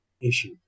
issue